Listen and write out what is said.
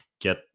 Get